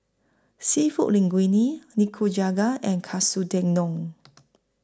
Seafood Linguine Nikujaga and Katsu Tendon